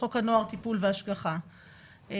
חוק הנוער טיפול והשגחה ולכן